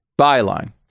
byline